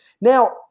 Now